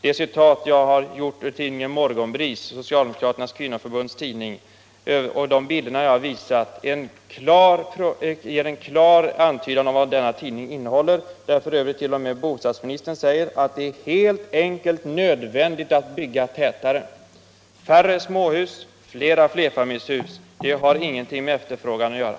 Det citat jag har anfört ur tidningen Morgonbris, socialdemokraternas kvinnoförbunds tidning, och de bilder jag har visat, ger en klar antydan om vad denna tidning innehåller. Där säger t.o.m. bostadsministern att det helt enkelt är nödvändigt att byggga tätare — färre småhus, flera flerfamiljshus. Det har ingenting med att följa efterfrågan att göra.